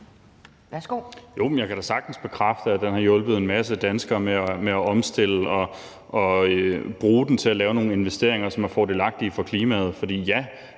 jeg kan da sagtens bekræfte, at den har hjulpet en masse danskere med at omstille, og at den er blevet brugt til at lave nogle investeringer, som er fordelagtige for klimaet.